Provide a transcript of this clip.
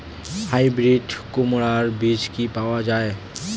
Hybrid কুমড়ার বীজ কি পাওয়া য়ায়?